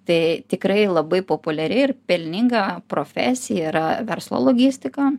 tai tikrai labai populiari ir pelninga profesija yra verslo logistika